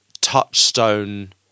touchstone